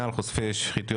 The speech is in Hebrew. מיקי.